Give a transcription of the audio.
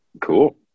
Cool